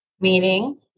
meaning